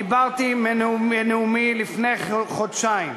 דיברתי בנאומי לפני חודשיים,